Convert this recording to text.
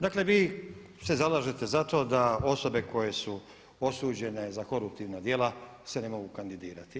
Dakle, vi se zalažete za to da osobe koje su osuđene za koruptivna djela se ne mogu kandidirati.